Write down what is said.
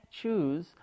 choose